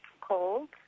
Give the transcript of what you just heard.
cold